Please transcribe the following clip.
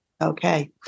Okay